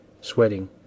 sweating